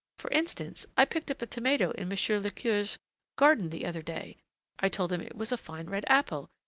for instance, i picked up a tomato in monsieur le cure's garden the other day i told him it was a fine red apple,